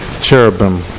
cherubim